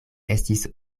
estis